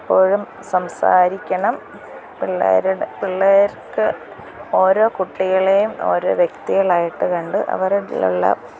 എപ്പോഴും സംസാരിക്കണം പിള്ളേരുടെ പിള്ളേർക്ക് ഓരോ കുട്ടികളെയും ഓരോ വ്യക്തികളായിട്ട് കണ്ട് അവരലിള്ള